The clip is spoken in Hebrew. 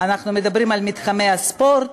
אנחנו מדברים על מתחמי הספורט,